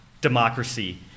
democracy